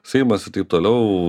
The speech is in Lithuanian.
seimas ir taip toliau